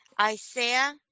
Isaiah